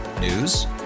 News